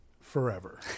forever